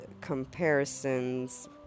comparisons